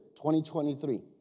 2023